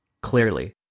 Clearly